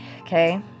Okay